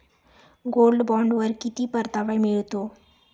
Gold बॉण्डवर किती परतावा मिळतो?